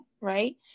right